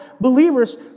believers